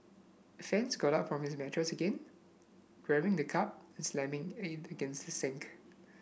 fans got up from his mattress again grabbing the cup and slamming against the sink